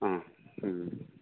ആ മ്മ് മ്മ്